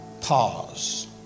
Pause